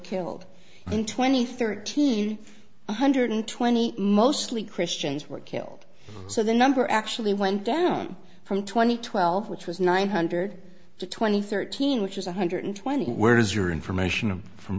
killed and twenty thirteen one hundred twenty mostly christians were killed so the number actually went down from twenty twelve which was nine hundred twenty thirteen which is one hundred twenty where is your information from